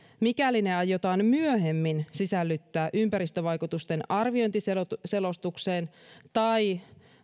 mikäli ne aiotaan myöhemmin sisällyttää ympäristövaikutusten arviointiselostukseen tai